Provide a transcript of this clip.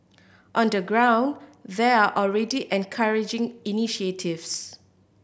on the ground there are already encouraging initiatives